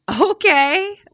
okay